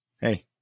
Hey